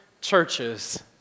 churches